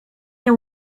nie